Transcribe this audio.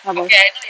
apa